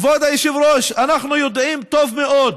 כבוד היושב-ראש, אנחנו יודעים טוב מאוד